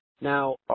Now